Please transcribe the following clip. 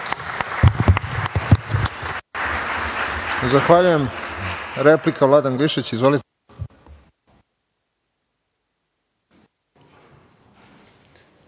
Zahvaljujem. Replika Vladan Glišić, izvolite.